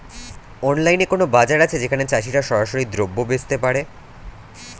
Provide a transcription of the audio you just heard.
অনলাইনে কোনো বাজার আছে যেখানে চাষিরা সরাসরি দ্রব্য বেচতে পারে?